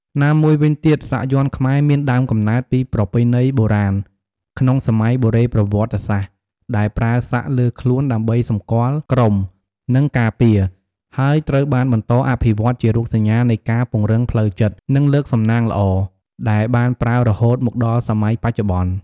ណាមួយវិញទៀតសាក់យ័ន្តខ្មែរមានដើមកំណើតពីប្រពៃណីបុរាណក្នុងសម័យបុរេប្រវត្តិសាស្ត្រដែលប្រើសាក់លើខ្លួនដើម្បីសម្គាល់ក្រុម និងការពារ ហើយត្រូវបានបន្តអភិវឌ្ឍន៍ជារូបសញ្ញានៃការពង្រឹងផ្លូវចិត្ត និងលើកសំណាងល្អ ដែលបានប្រើរហូតមកដល់សម័យបច្ចុប្បន្ន។